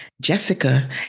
Jessica